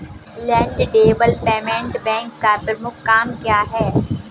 Land development bank का प्रमुख काम क्या है?